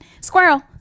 squirrel